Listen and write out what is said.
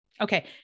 Okay